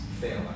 fail